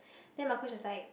then my coach was like